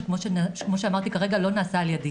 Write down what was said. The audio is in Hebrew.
שכמו שאמרתי לא נעשה על ידי.